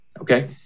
Okay